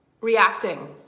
reacting